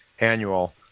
annual